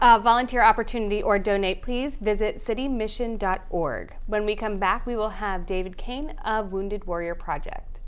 the volunteer opportunity or donate please visit city mission dot org when we come back we will have david kain of wounded warrior project